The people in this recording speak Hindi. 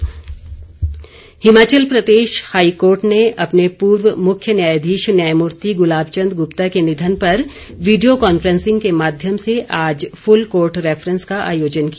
हाईकोर्ट हिमाचल प्रदेश हाईकोर्ट ने अपने पूर्व मुरव्य न्यायाधीश न्यायमूर्ति गुलाब चंद गुप्ता के निधन पर वीडियो कॉन्फ्रेंसिंग के माध्यम से आज फुल कोर्ट रैफरेंस का आयोजन किया